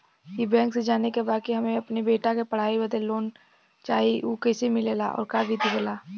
ई बैंक से जाने के बा की हमे अपने बेटा के पढ़ाई बदे लोन चाही ऊ कैसे मिलेला और का विधि होला?